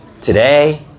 today